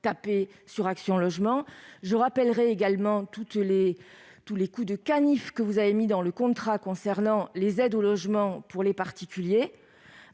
taper sur Action Logement ... Je veux également évoquer tous les coups de canif que vous avez mis dans le contrat concernant les aides au logement pour les particuliers,